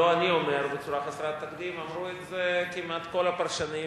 לא אני אומר "בצורה חסרת תקדים"; אמרו את זה כמעט כל הפרשנים,